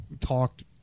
talked